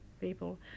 people